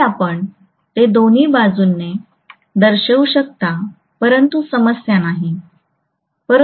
जरी आपण ते दोन्ही बाजूंनी दर्शवू शकता परंतु समस्या नाही